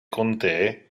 contee